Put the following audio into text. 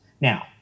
Now